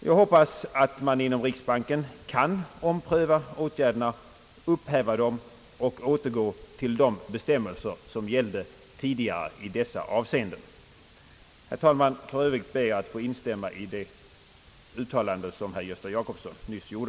Jag hoppas att man inom riksbanken skall ompröva åtgärderna, upphäva dem och återgå till de bestämmelser som gällde tidigare i dessa avseenden. Herr talman! För övrigt ber jag att få instämma i det uttalande som herr Gösta Jacobsson nyss gjorde.